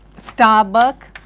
starbuck,